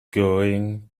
going